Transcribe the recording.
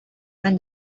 when